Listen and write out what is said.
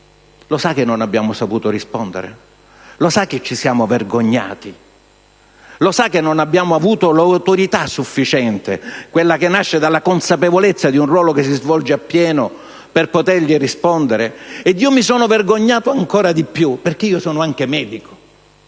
Lo sa che non abbiamo saputo rispondere? Lo sa che ci siamo vergognati? Lo sa che non abbiamo avuto l'autorità sufficiente, quella che nasce dalla consapevolezza di un ruolo che si svolge appieno, per potergli rispondere? E io mi sono vergognato ancora di più perché sono anche medico.